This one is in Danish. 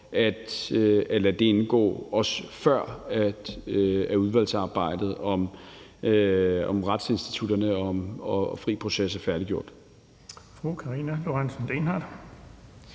at lade det indgå, også før udvalgsarbejdet om retsinstitutterne og fri proces er færdiggjort.